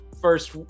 first